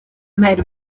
made